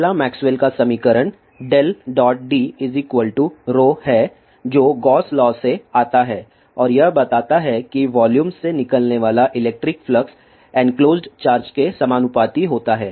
पहला मैक्सवेल का समीकरण maxwell's equation D ρ है जो गॉस लॉ से आता है और यह बताता है कि वॉल्यूम से निकलने वाला इलेक्ट्रिक फ्लक्स एनक्लोसड चार्ज के समानुपाती होता है